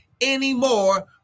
anymore